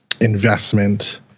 investment